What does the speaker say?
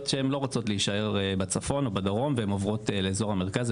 שהן לא רוצות להישאר בצפון או בדרום והן עוברות לאזור המרכז,